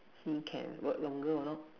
see can work longer or not